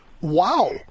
Wow